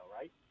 right